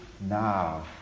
now